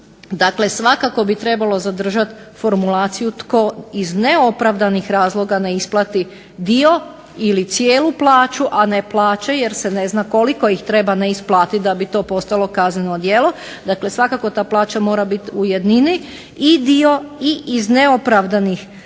Dakle, svakako bi trebalo zadržat formulaciju tko iz neopravdanih razloga ne isplati dio ili cijelu plaću, a ne plaće jer se ne zna koliko ih treba neisplatit da bi to postalo kazneno djelo. Dakle, svakako ta plaća mora biti u jednini i dio i iz neopravdanih razloga